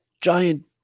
giant